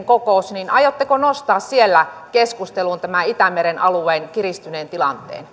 kokous aiotteko nostaa siellä keskusteluun tämän itämeren alueen kiristyneen tilanteen